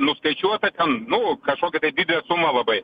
nuskaičiuota ten nu kažkokia tai didelė suma labai